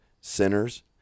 sinners